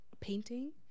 painting